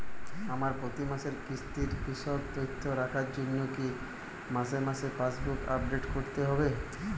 আমার প্রতি মাসের কিস্তির বিশদ তথ্য রাখার জন্য কি মাসে মাসে পাসবুক আপডেট করতে হবে?